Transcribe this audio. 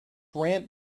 ramp